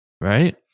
right